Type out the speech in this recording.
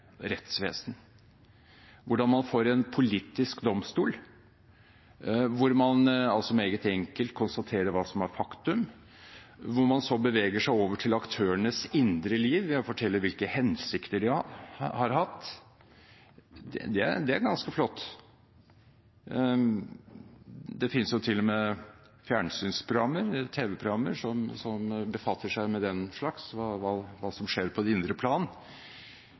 hvordan man får en politisk domstol hvor man meget enkelt konstaterer hva som er faktum, og hvor man så beveger seg over til aktørenes indre liv, ved å fortelle hvilke hensikter de har hatt. Det er ganske flott. Det finnes til og med fjernsynsprogrammer, tv-programmer, som befatter seg med den slags, og med hva som skjer på det indre plan.